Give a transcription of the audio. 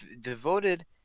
Devoted